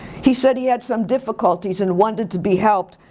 he said he had some difficulties and wanted to be helped,